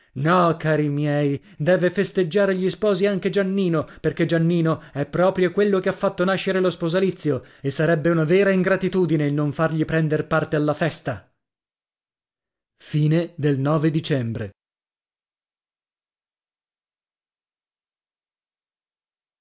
cari miei deve festeggiare gli sposi anche giannino perché giannino è proprio quello che ha fatto nascere lo sposalizio e sarebbe una vera ingratitudine il non fargli prender parte alla festa dicembre